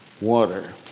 water